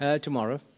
tomorrow